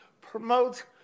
promote